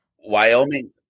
Wyoming